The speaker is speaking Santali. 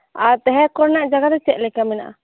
ᱟᱨ ᱛᱟᱦᱮᱸ ᱠᱚᱨᱮᱱᱟᱜ ᱡᱟᱭᱜᱟ ᱫᱚ ᱪᱮᱫᱞᱮᱠᱟ ᱢᱮᱱᱟᱜᱼᱟ